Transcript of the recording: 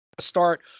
start